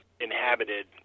inhabited